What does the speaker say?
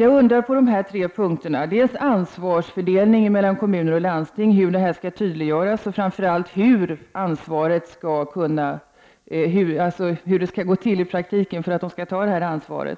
Jag undrar utifrån dessa tre punkter hur ansvarsfördelningen mellan kom muner och landsting skall tydliggöras och framför allt hur det skall gå till i praktiken för att varje part verkligen skall ta sitt ansvar.